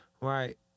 Right